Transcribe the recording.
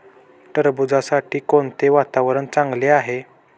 टरबूजासाठी कोणते वातावरण चांगले आहे?